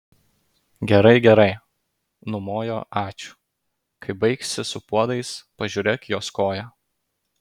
gerai gerai numojo ačiū kai baigsi su puodais pažiūrėk jos koją